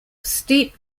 steep